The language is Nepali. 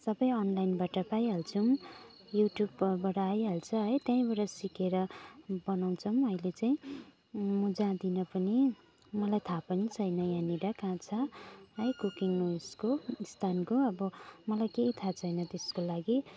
सब अनलाइनबाट पाइहाल्छौँ युट्युबबाट आइहाल्छ है त्यहीँबाट सिकेर बनाउँछौँ अहिले चाहिँ म जाँदिनँ पनि मलाई थाहा पनि छैन यहाँनेर कहाँ छ है कुकिङ उसको स्थानको अब मलाई केही थाहा छैन त्यसको लागि